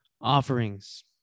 offerings